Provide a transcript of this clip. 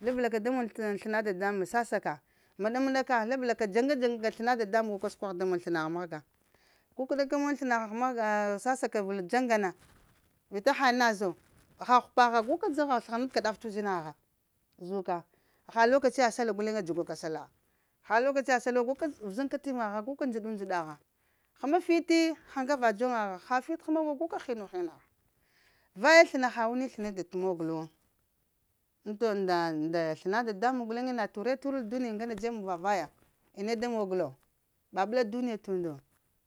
labla ka da mon sləna dadamuŋ sasak məɗa-mədə ka labla ka dzaŋga-dzaŋga ka sləna dadamuŋ gu ka səgha da man slənagh mahga kukəɗa ka mon slənagh mahga sassa ka vəl dzaŋga na vita ha ina zo pha ghupa gha gu ka dzagha sləgha nabka ɗaf t’ uzina gha zuka haha lokaciya sallah guleŋe dzuka sallah gha, ha lokaciya sallah guleŋ wo guka vəza kafiruŋa gha guka ndzəɗu ndzəɗa gha, həma fiti hən ka va dzoŋa gha ha fit həma wo guka hinu-hina gha vaye sləna ha wani sləna unda t'mona wo ŋ to nda-nda sləna dadamuŋ guleŋe na ture tuwəl duniya ŋgane muŋ va vaya, aŋa ne da mog lo ɓaɓla duniya ŋgane t’ undu